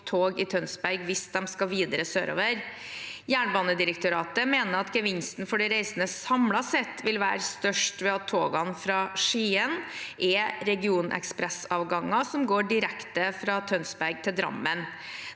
tog i Tønsberg hvis de skal videre sørover. Jernbanedirektoratet mener at gevinsten for de reisende samlet sett vil være størst ved at togene fra Skien er regionekspressavganger som går direkte fra Tønsberg til Drammen.